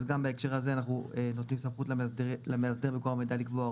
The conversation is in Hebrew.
גם בהקשר הזה אנחנו נותנים סמכות למאסדר מקור המידע לקבוע הוראות.